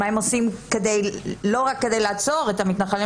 מה הם עושים לא רק כדי לעצור את המתנחלים